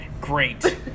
Great